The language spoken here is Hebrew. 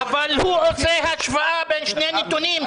אבל הוא רוצה השוואה בין שני נתונים.